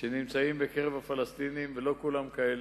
שנמצאים בקרב הפלסטינים, ולא כולם כאלה.